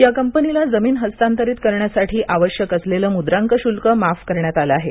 या कंपनीला जमीन हस्तांतरीत करण्यासाठी आवश्यक असलेलं मुद्रांक शुल्क माफ करण्यात आलं आहे